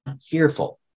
fearful